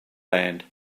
land